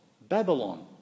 Babylon